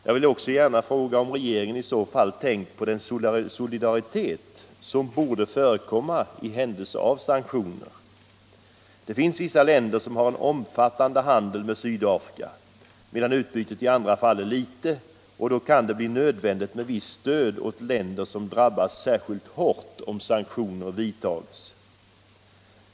Jag vill också gärna fråga om regeringen i så fall tänkt på den solidaritet som borde förekomma i händelse av sanktioner. Det finns vissa länder som har en omfattande handel med Sydafrika medan utbytet i andra fall är litet, och då kan det bli nödvändigt med visst stöd åt länder som drabbas särskilt hårt om sanktioner vidtas.